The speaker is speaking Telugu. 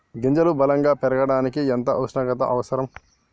గింజలు బలం గా పెరగడానికి ఎంత ఉష్ణోగ్రత అవసరం?